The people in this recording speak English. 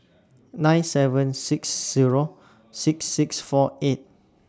nine seven six Zero six six four eight